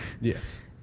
yes